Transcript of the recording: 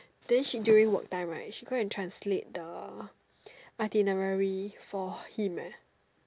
then she during work time right she go and translate the itinerary for him eh